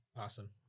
Awesome